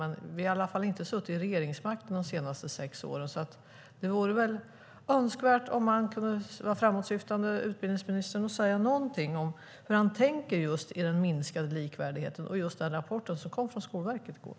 Men vi har i alla fall inte suttit vid regeringsmakten de senaste sex åren, så det vore väl önskvärt om utbildningsministern kunde vara framåtsyftande och säga någonting om hur han tänker när det gäller den minskade likvärdigheten och just den rapport som kom från Skolverket i går.